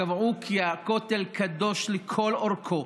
קבעו כי הכותל קדוש לכל אורכו.